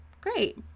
great